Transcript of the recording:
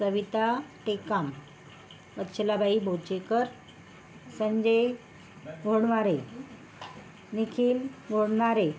Savita Pekan Vatsalabai Bochekar Sanjay Gondmare Nikhil Gondmare